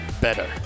better